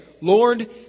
Lord